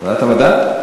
ועדת מדע?